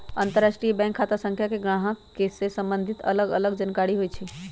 अंतरराष्ट्रीय बैंक खता संख्या में गाहक से सम्बंधित अलग अलग जानकारि होइ छइ